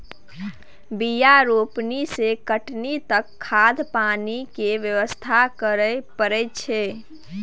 बीया रोपनी सँ कटनी तक खाद पानि केर बेवस्था करय परय छै